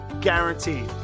guaranteed